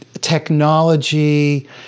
technology